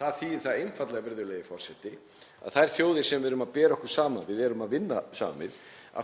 Það þýðir einfaldlega, virðulegi forseti, að þær þjóðir sem við erum að bera okkur saman við, erum að vinna saman